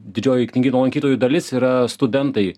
didžioji knygyno lankytojų dalis yra studentai